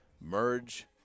merge